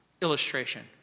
illustration